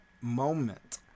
moment